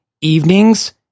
evenings